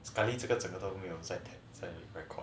sekali 这个整个都没有在录在 record